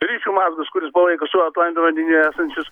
ryšių mazgas kuris palaiko su atlanto vandenyje esančius